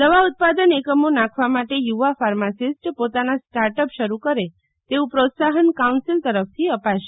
દવા ઉત્પાદન એકમો નાખવા માટે યુવા ફાર્માસિસ્ટ પોતાના સ્ટાર્ટઅપ શરૂ કરે તેવું પ્રોત્સાહન કાઉન્સીલ તરફથી અપાશે